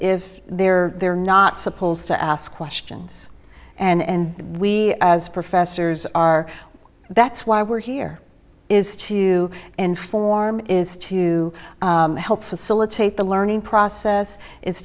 if they're they're not supposed to ask questions and we as professors are that's why we're here is to inform is to help facilitate the learning process is